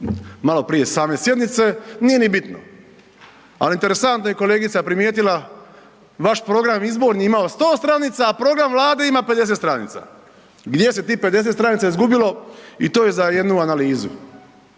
maloprije same sjednice, nije ni bitno. Ali interesantno i kolegica je primijetila, vaš program izborni je imao 100 stranica, a program Vlade ima 50 stranica. Gdje se tih 50 stranica izgubilo, i to je za jednu analizu.